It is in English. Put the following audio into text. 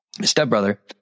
stepbrother